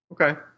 Okay